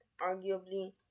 arguably